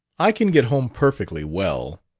i can get home perfectly well,